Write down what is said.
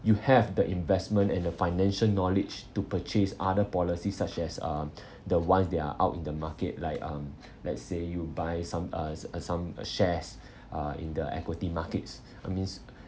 you have the investment and the financial knowledge to purchase other policies such as um the ones that are out in the market like um let's say you buy some uh uh some uh shares uh in the equity markets uh means